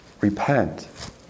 repent